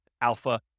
alpha